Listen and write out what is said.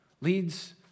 leads